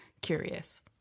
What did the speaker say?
curious